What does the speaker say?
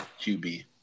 QB